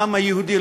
העם היהודי,